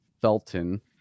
Felton